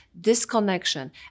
disconnection